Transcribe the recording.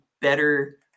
better